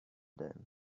them